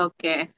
Okay